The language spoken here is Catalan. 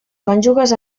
cònjuges